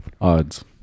Odds